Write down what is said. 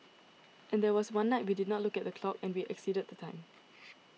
and there was one night we did not look at the clock and we exceeded the time